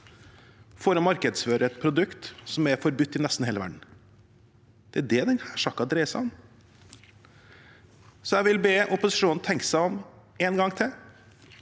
for å markedsføre et produkt som er forbudt i nesten hele verden. Det er det denne saken dreier seg om. Jeg vil be opposisjonen om å tenke seg om én gang til.